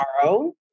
tomorrow